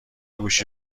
گوشی